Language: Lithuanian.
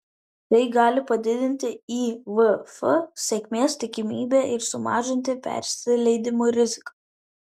tai gali padidinti ivf sėkmės tikimybę ir sumažinti persileidimų riziką